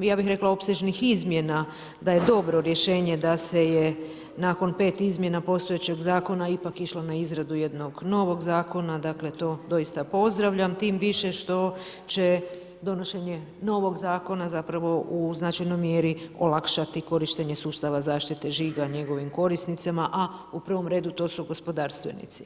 ja bih rekla opsežnih izmjena da je dobro rješenje da se je nakon pet izmjena postojećeg zakona ipak išlo na izradu jednog novog zakona, dakle, to doista pozdravljam tim više što će donošenje novog zakona zapravo u značajnoj mjeri olakšati korištenje sustava zaštite žiga njegovim korisnicima, a u prvom redu to su gospodarstvenici.